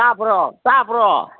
ꯇꯥꯕ꯭ꯔꯣ ꯇꯥꯕ꯭ꯔꯣ